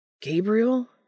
Gabriel